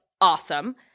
awesome